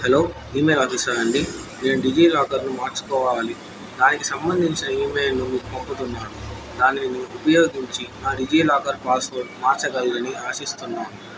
hello email ఆఫీసరా అండి నేను డిజిలాకర్ను మార్చుకోవాలి దానికి సంబంధించిన ఇమెయిల్ను పకుతున్నాను దానిని ఉపయోగించి నా డిజిలాకర్ పాస్వర్డ్ మార్చగలని ఆశిస్తున్నాను